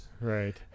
Right